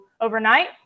overnight